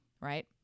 right